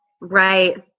right